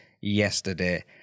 yesterday